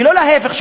ולא להפך,